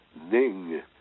Ning